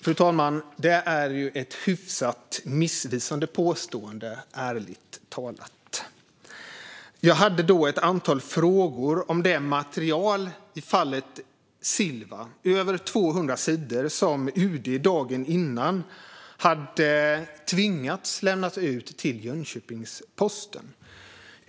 Det är ärligt talat ett hyfsat missvisande påstående, fru talman. Jag hade då ett antal frågor om det material i fallet Silva, över 200 sidor, som UD dagen innan hade tvingats lämna ut till Jönköpings-Posten.